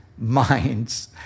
minds